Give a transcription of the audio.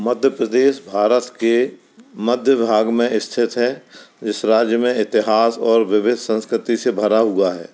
मध्य प्रदेश भारत के मध्य भाग में स्थित है जिस राज्य में इतिहास और विविध संस्कृति से भरा हुआ है